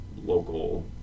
local